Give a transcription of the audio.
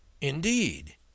Indeed